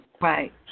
Right